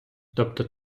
тобто